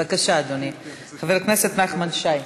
בבקשה, אדוני, חבר הכנסת נחמן שי.